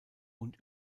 und